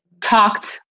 talked